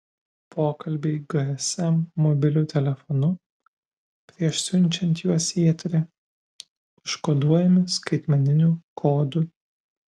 pokalbiai gsm mobiliu telefonu prieš siunčiant juos į eterį užkoduojami skaitmeniniu kodu